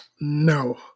No